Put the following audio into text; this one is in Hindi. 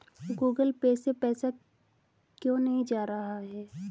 गूगल पे से पैसा क्यों नहीं जा रहा है?